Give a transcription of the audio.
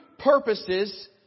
Purposes